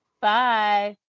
Bye